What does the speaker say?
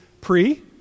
pre